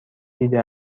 دیده